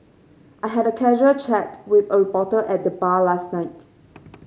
I had a casual chat with a reporter at the bar last night